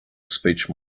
speech